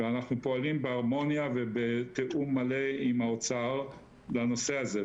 ואנחנו פועלים בהרמוניה ובתאום מלא עם האוצר לנושא הזה,